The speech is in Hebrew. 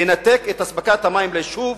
לנתק את אספקת המים ליישוב